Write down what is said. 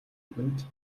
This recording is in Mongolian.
үгэнд